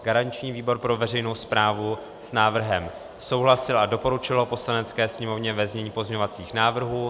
Garanční výbor pro veřejnou správu s návrhem souhlasil a doporučil ho Poslanecké sněmovně ve znění pozměňovacích návrhů.